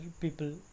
people